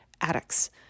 addicts